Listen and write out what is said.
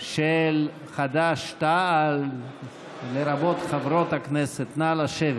של חד"ש-תע"ל, לרבות חברות הכנסת, נא לשבת.